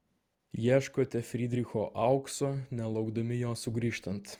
ieškote frydricho aukso nelaukdami jo sugrįžtant